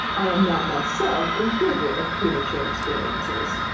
i am not myself in favour of premature experiences.